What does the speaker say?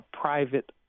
private